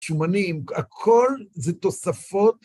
שומנים, הכל זה תוספות.